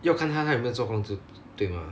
要看她她有没有做工 d~ 对 mah